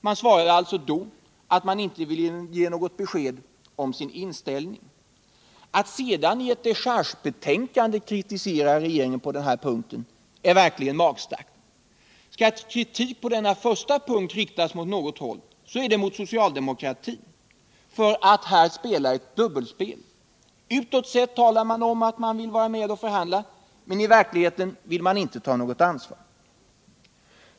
Man svarade att man inte ville ge något besked om sin inställning. Att sedan i ett dechargebetänkande kritisera regeringen är verkligen magstarkt. Skall kritik riktas åt något håll är det mot socialdemokratin för att den här spelar ett dubbelspel. Utåt sett talar man om att man vill vara med och förhandla, men i verkligheten vill man inte ta något ansvar.